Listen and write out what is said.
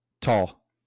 Tall